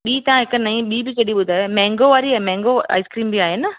ॿी तव्हां हिक नई ॿी कहिड़ी ॿुधायव मेंगो वारी आहे मेंगो आइस्क्रीम बि आहे न